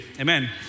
Amen